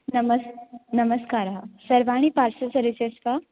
नमस् नमस्कारः सर्वाणि पार्सल् सर्विसस् वा